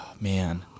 man